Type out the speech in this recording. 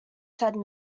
said